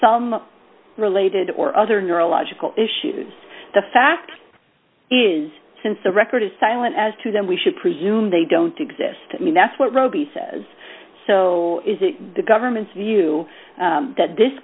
some related or other neurological issues the fact is since the record is silent as to that we should presume they don't exist that's what robi says so is it the government's view that this